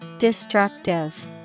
Destructive